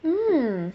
mm